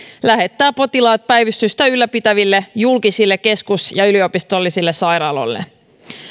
lähettää potilaat päivystystä ylläpitäville julkisille keskus ja yliopistollisille sairaaloille